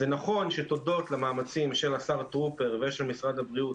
זה נכון שתודות למאמצים של השר טרופר ושל משרד הבריאות,